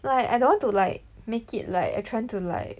like I don't want to like make it like I'm trying to like